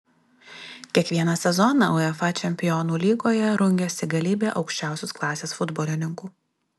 kiekvieną sezoną uefa čempionų lygoje rungiasi galybė aukščiausios klasės futbolininkų